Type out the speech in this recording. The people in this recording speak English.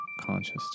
conscious